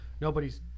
Nobody's